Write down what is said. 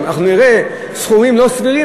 ואם נראה סכומים לא סבירים,